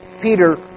Peter